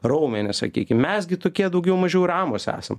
raumenis sakykim mes gi tokie daugiau mažiau ramūs esam